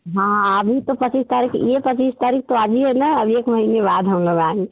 हाँ अभी तो पच्चीस तारीख ये पच्चीस तारीख तो आज ही है ना अब एक महीने बाद हम लोग आएँगे